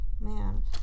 Man